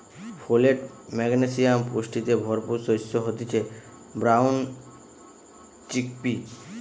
folate, magnesium পুষ্টিতে ভরপুর শস্য হতিছে ব্রাউন চিকপি